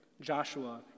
Joshua